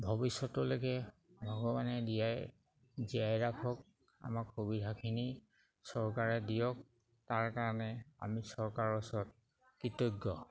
ভৱিষ্যতলৈকে ভগৱানে জীয়াই জীয়াই ৰাখক আমাক সুবিধাখিনি চৰকাৰে দিয়ক তাৰ কাৰণে আমি চৰকাৰৰ ওচৰত কৃতজ্ঞ